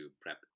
prep